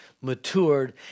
matured